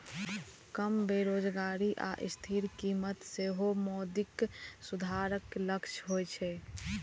कम बेरोजगारी आ स्थिर कीमत सेहो मौद्रिक सुधारक लक्ष्य होइ छै